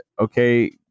okay